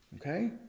okay